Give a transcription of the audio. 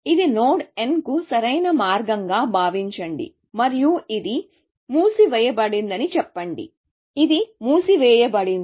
ఇది node n కు సరైన మార్గంగా భావించండి మరియు ఇది మూసివేయబడిందని చెప్పండి ఇది మూసివేయబడింది